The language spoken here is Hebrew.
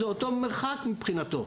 זה אותו מרחק מבחינתו,